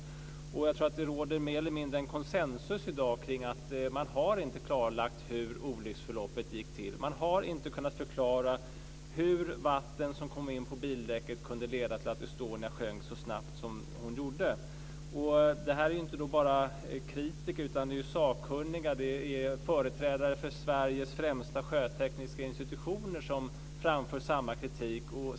Jag tror att det mer eller mindre råder konsensus kring att det inte har klarlagts hur olycksförloppet gått till. Man har inte kunnat förklara hur vattnet som kom in på bildäck kunde leda till att Estonia sjönk så snabbt som hon gjorde. Det är inte bara kritiker, utan det är sakkunniga, företrädare för Sveriges främsta sjötekniska institutioner som framför samma kritik.